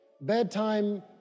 bedtime